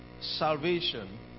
Salvation